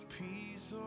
peace